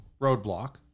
Roadblock